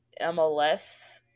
MLS